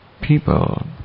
people